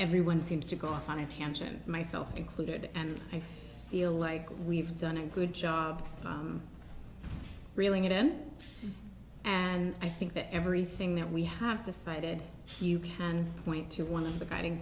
everyone seems to go off on a tangent myself included and i feel like we've done a good job reeling it in and i think that everything that we have to fight it you can point to one of the guiding